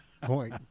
Point